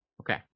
Okay